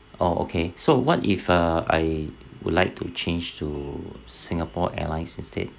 oh okay so what if uh I would like to change to singapore airlines instead